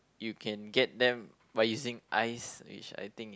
you can get them by using ice which I think it